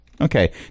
Okay